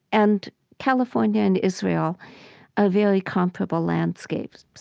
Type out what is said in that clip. and california and israel are very comparable landscapes.